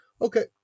Okay